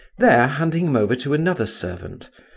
there handing him over to another servant,